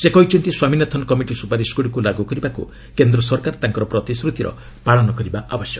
ସେ କହିଛନ୍ତି ସ୍ୱାମୀନାଥନ କମିଟି ସୁପାରିଶଗୁଡ଼ିକୁ ଲାଗୁ କରିବାକୁ କେନ୍ଦ୍ର ସରକାର ତାଙ୍କ ପ୍ରତିଶ୍ରତିର ପାଳନ କରିବା ଉଚିତ୍